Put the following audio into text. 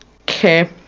Okay